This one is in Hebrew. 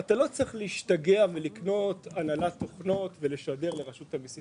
אתה לא צריך להשתגע ולקנות תוכנות ולשדר לרשות המיסים